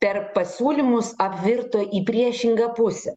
per pasiūlymus apvirto į priešingą pusę